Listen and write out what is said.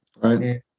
Right